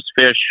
fish